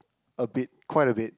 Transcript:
a bit quite a bit